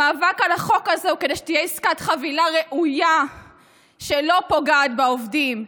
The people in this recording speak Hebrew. המאבק על החוק הזה הוא כדי שתהיה עסקת חבילה ראויה שלא פוגעת בעובדים.